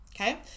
okay